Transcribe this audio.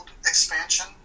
expansion